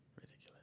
Ridiculous